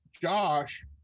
Josh